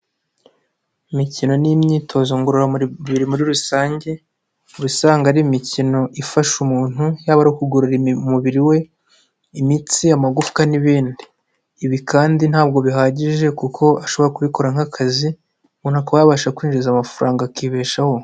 Imikino n'imyitozo ngororamubiribiri muri rusange uba usanga ari imikino ifasha umuntu yaba ari ukugorora umubiri we, imitsi, amagufwa n'ibindi, ibi kandi ntabwo bihagije kuko ashobora kubikora nk'akazi umuntu akaba yabasha kwinjiza amafaranga akibeshaho.